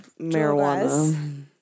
marijuana